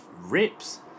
rips